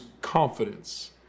confidence